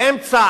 באמצע